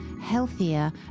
healthier